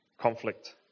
conflict